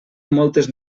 moltes